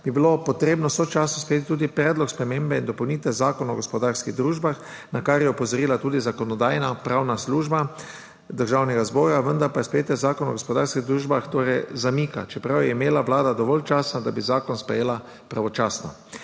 bi bilo potrebno sočasno sprejeti tudi predlog spremembe in dopolnitve Zakona o gospodarskih družbah, na kar je opozorila tudi Zakonodajno-pravna služba Državnega zbora. Vendar pa se sprejetje zakona o gospodarskih družbah zamika, čeprav je imela Vlada dovolj časa, da bi zakon sprejela pravočasno.